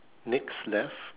next left